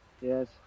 Yes